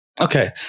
Okay